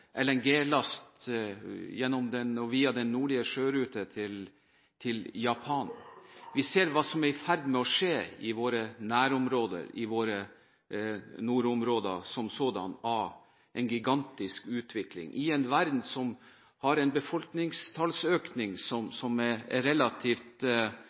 via den nordlige sjørute til Japan. Vi ser hva som er i ferd med å skje i våre nærområder, i våre nordområder som sådan, med en gigantisk utvikling, i en verden som har en